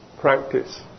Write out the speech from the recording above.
practice